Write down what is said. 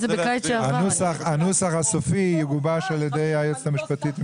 הנוסח הסופי יגובש על ידי היועצת המשפטית של